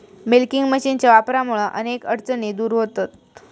milking मशीनच्या वापरामुळा अनेक अडचणी दूर व्हतहत